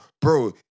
bro